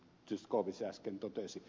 zyskowicz äsken totesi